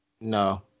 No